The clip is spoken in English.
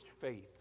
faith